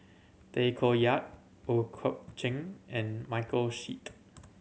Tay Koh Yat Ooi Kok Chuen and Michael Seet